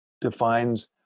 defines